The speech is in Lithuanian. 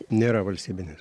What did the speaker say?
nėra valstybinės